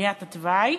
בניית התוואי,